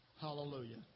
Hallelujah